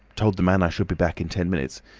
told the man i should be back in ten minutes,